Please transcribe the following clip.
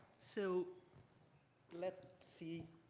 so let's see,